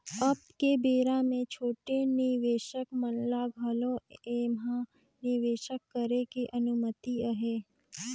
अब के बेरा मे छोटे निवेसक मन ल घलो ऐम्हा निवेसक करे के अनुमति अहे